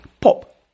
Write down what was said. Pop